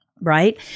Right